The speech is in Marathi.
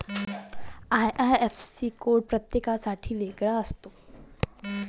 आई.आई.एफ.सी कोड प्रत्येकासाठी वेगळा असतो